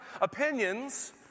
opinions